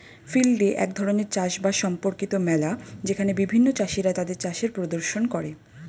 field day এক ধরণের চাষ বাস সম্পর্কিত মেলা যেখানে বিভিন্ন চাষীরা তাদের চাষের প্রদর্শন করে